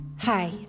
hi